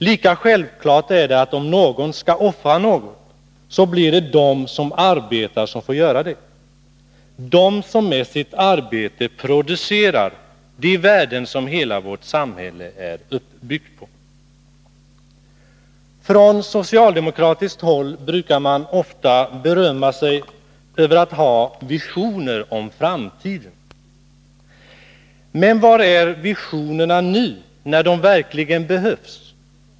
Lika självklart är det att om någon skall offra något, så blir det de som arbetar som får göra det, de som med sitt arbete producerar de värden som hela vårt samhälle är uppbyggt på. Från socialdemokratiskt håll brukar man ofta berömma sig av att ha visioner om framtiden. Men var är visionerna nu, när de verkligen behövs?